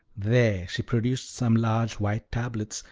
there she produced some large white tablets,